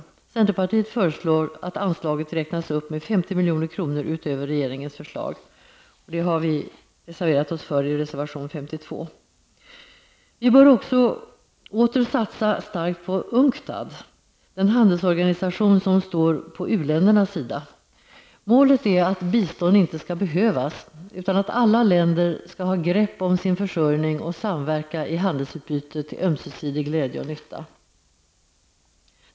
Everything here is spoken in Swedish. Centerpartiet föreslår att anslaget räknas upp med 50 milj.kr. utöver regerings förslag, vilket vi har reserverat oss för i reservation 52. Vi bör också åter satsa stort på UNCTAD, den handelsorganisation som står på u-ländernas sida. Målet är att bistånd inte skall behövas, utan att alla länder skall ha grepp om sin försörjning och samverka i handelsutbyte till ömsesidig glädje och nytta.